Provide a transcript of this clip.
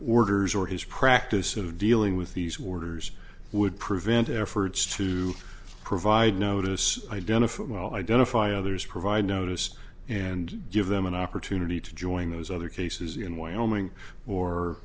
orders or his practice of dealing with these waters would prevent efforts to provide notice identified well identify others provide notice and give them an opportunity to join those other cases in wyoming or